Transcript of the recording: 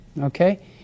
okay